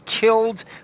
killed